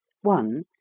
One